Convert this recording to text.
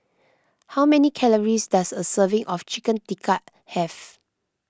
how many calories does a serving of Chicken Tikka have